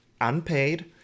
unpaid